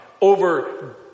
over